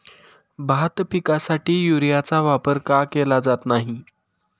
भात पिकासाठी युरियाचा वापर का केला जात नाही?